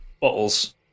bottles